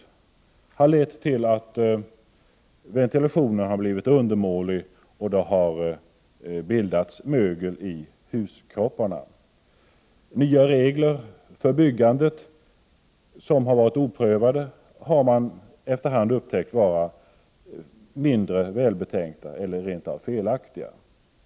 Det har lett till att ventilationen blivit undermålig och att det har bildats mögel i huskropparna. Nya regler för byggandet som har varit oprövade har befunnits vara mindre välbetänkta eller rent av felaktiga.